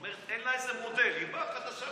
אין אישור למדרכה הזאת.